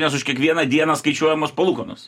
nes už kiekvieną dieną skaičiuojamos palūkanos